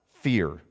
fear